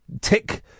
tick